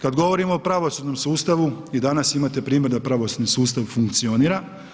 Kad govorimo o pravosudnom sustavu, i danas imate primjer da pravosudni sustav funkcionira.